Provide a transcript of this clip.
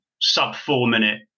sub-four-minute